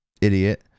idiot